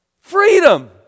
Freedom